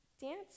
Dance